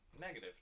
negative